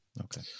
Okay